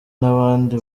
n’abandi